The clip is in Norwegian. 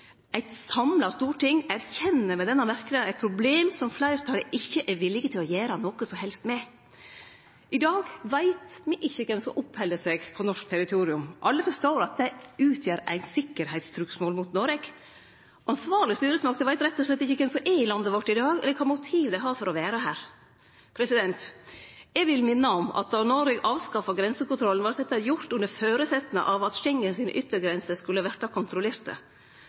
Eit samla storting erkjenner ved denne merknaden eit problem som fleirtalet ikkje er viljug til å gjere noko som helst med! I dag veit me ikkje kven som oppheld seg på norsk territorium. Alle forstår at det utgjer eit sikkerheitstrugsmål mot Noreg. Ansvarlege styresmakter veit rett og slett ikkje kven som er i landet vårt i dag, eller kva motiv dei har for å vere her. Eg vil minne om at då Noreg avskaffa grensekontrollen, vart dette gjort under føresetnad av at Schengens yttergrenser skulle verte kontrollerte.